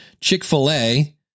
Chick-fil-A